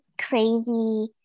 crazy